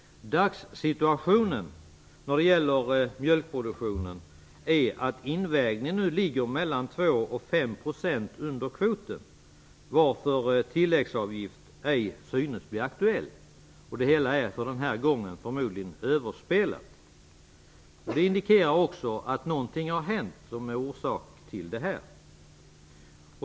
Dagssituationen när det gäller mjölkproduktionen är att invägningen nu ligger 2 %-5 % under kvoten, varför en tilläggsavgift ej synes bli aktuell. Det hela är förmodligen överspelat för den här gången. Det indikerar också att något har hänt som har orsakat detta.